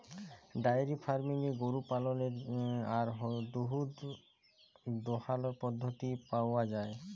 diary ফার্মিংয়ে গরু পাললের আর দুহুদ দহালর পদ্ধতি পাউয়া যায়